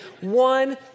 one